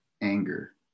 anger